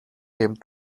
came